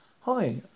Hi